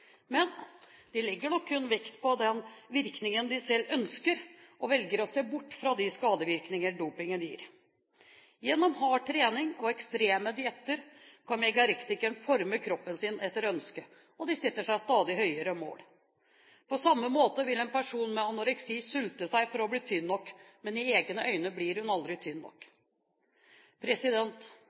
Men de legger nok kun vekt på den virkningen de selv ønsker, og velger å se bort fra de skadevirkninger dopingen gir. Gjennom hard trening og ekstreme dietter kan megarektikeren forme kroppen sin etter ønske, og de setter seg stadig høyere mål. På samme måte vil en person med anoreksi sulte seg for å bli tynn nok. Men i egne øyne blir hun aldri tynn nok.